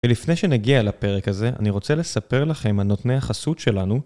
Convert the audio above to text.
ולפני שנגיע לפרק הזה אני רוצה לספר לכם, הנותני החסות שלנו